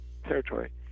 territory